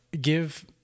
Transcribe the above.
give